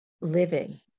living